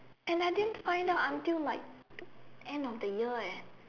and I didn't find out until like end of the year leh